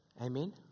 Amen